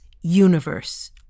universe